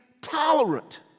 tolerant